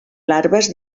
larves